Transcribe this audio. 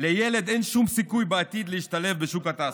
לילד אין שום סיכוי בעתיד להשתלב בשוק התעסוקה.